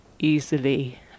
easily